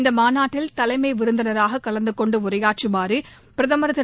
இந்த மாநாட்டில் தலைமை விருந்தினராக கலந்து கொண்டு உரையாற்றுமாறு பிரதமர் திரு